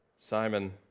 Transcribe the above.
Simon